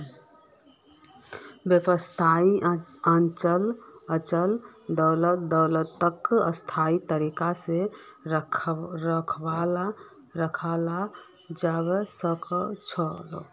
व्यवसायत अचल दोलतक स्थायी तरीका से रखाल जवा सक छे